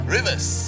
Rivers